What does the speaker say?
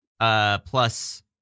Plus